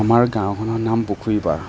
আমাৰ গাঁওখনৰ নাম পুখুৰীপাৰ